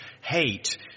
hate